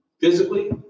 physically